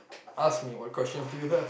ask me what questions do you have